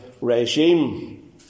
regime